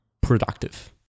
productive